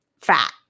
fat